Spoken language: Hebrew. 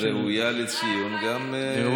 ראויה לציון גם איילת.